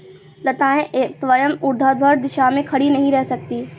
लताएं स्वयं ऊर्ध्वाधर दिशा में खड़ी नहीं रह सकती